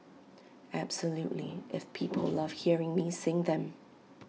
absolutely if people love hearing me sing them